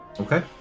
Okay